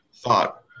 Thought